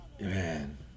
man